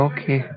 Okay